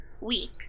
week